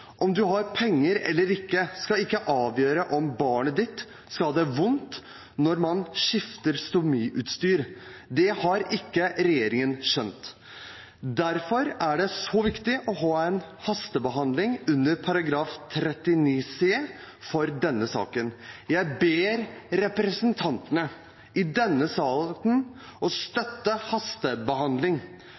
Om du har penger eller ikke, skal ikke avgjøre om barnet ditt skal ha det vondt når man skifter stomiutstyr. Det har ikke regjeringen skjønt. Derfor er det så viktig å få en hastebehandling under § 39 c for denne saken. Jeg ber representantene i salen om å støtte hastebehandling.